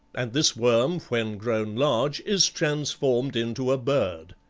and this worm, when grown large, is transformed into a bird.